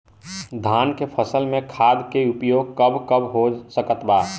धान के फसल में खाद के उपयोग कब कब हो सकत बा?